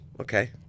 okay